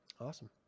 Awesome